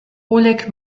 oleg